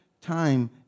time